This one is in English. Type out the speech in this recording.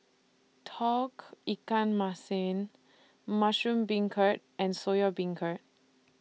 Tauge Ikan Masin Mushroom Beancurd and Soya Beancurd